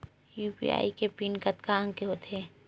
UPI के PIN कतका अंक के होथे?